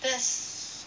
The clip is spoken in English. that's